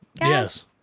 Yes